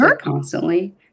constantly